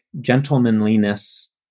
gentlemanliness